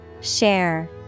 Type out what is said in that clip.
Share